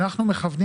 אנחנו מכוונים